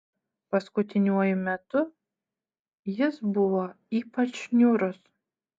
paskutiniuoju metu jis buvo ypač niūrus